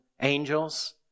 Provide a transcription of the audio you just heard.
angels